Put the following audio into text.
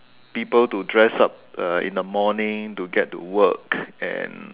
people to dress up uh in the morning to get to work and